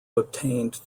obtained